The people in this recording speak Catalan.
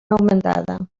augmentada